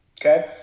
okay